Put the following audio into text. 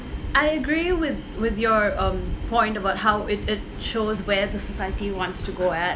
I agree with with your um point about how it it shows where the society wants to go at